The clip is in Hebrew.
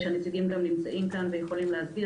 הנציגים שלה נמצאים כאן ויכולים להסביר